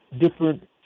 different